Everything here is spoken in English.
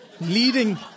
leading